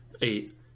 eight